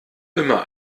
immer